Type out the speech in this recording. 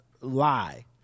lie